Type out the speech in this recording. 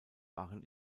waren